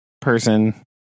person